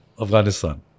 Afghanistan